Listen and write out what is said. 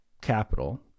capital